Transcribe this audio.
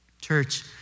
Church